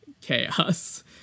chaos